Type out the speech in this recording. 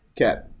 Okay